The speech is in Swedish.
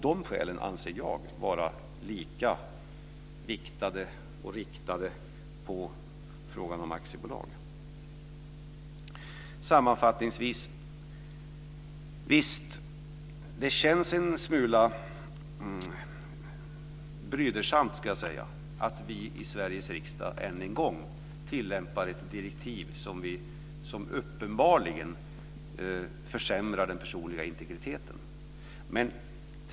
De skälen anser jag vara lika viktade och riktade på frågan om aktiebolag. Sammanfattningsvis känns det en smula brydsamt att vi i Sveriges riksdag än en gång tillämpar ett direktiv som uppenbarligen försämrar den personliga integriteten.